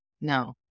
No